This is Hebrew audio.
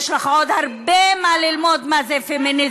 יש לך עוד הרבה מה ללמוד מה זה פמיניזם.